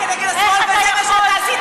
מתבייש לעמוד פה עכשיו.